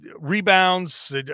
rebounds